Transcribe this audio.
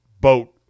boat